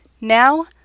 Now